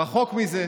רחוק מזה.